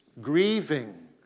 grieving